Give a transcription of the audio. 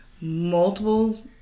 multiple